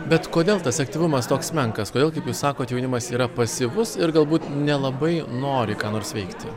bet kodėl tas aktyvumas toks menkas kodėl kaip jūs sakot jaunimas yra pasyvus ir galbūt nelabai nori ką nors veikti